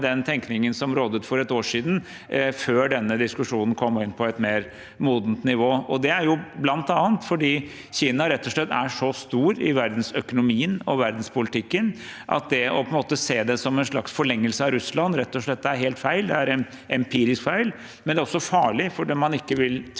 den tenkningen som rådet for et år siden, før denne diskusjonen kom inn på et mer modent nivå. Det er bl.a. fordi Kina rett og slett er så stor i verdensøkonomien og verdenspolitikken at det å se det som en slags forlengelse av Russland, rett og slett er helt feil. Det er en empirisk feil, men det er også farlig, for man bør ikke tvinge